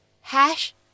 hash